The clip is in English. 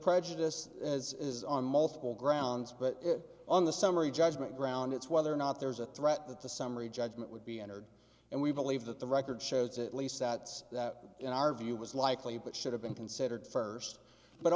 prejudice as is on multiple grounds but on the summary judgment ground it's whether or not there's a threat that the summary judgment would be entered and we believe that the record shows at least that that in our view was likely but should have been considered first but